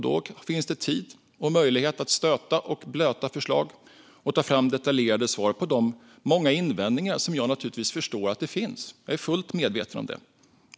Då finns det tid och möjlighet att stöta och blöta förslag och ta fram detaljerade svar på de många invändningar som jag naturligtvis förstår finns - jag är fullt medveten om det.